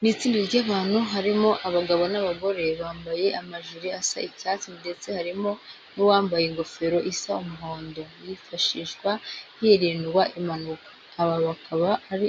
Ni itsinda ry'abantu, harimo abagabo n'abagore, bambaye amajire asa icyatsi ndetse harimo n'uwambaye ingofero isa umuhondo yifashishwa hirindwa impanuka. Aba bakaba ari